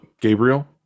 Gabriel